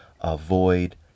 Avoid